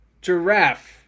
giraffe